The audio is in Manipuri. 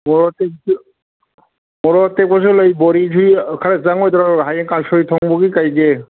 ꯃꯣꯔꯣꯛ ꯑꯇꯦꯛꯄꯖꯨ ꯂꯩ ꯕꯣꯔꯤꯖꯤ ꯈꯔ ꯆꯪꯉꯣꯏꯗ꯭ꯔꯣ ꯍꯌꯦꯡ ꯀꯥꯡꯁꯣꯏ ꯊꯣꯡꯕꯒꯤ ꯀꯩꯒꯤ